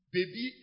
Baby